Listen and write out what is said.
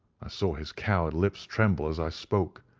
i saw his coward lips tremble as i spoke.